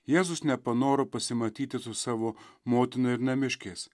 jėzus nepanoro pasimatyti su savo motina ir namiškiais